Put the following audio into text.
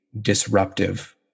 disruptive